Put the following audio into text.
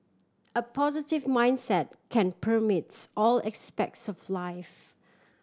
a positive mindset can permeates all aspects of life